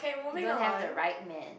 you don't have the right man